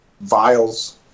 vials